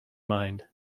mind